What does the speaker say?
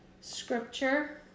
scripture